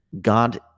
God